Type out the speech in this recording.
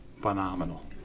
Phenomenal